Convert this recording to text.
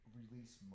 release